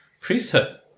priesthood